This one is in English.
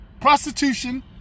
prostitution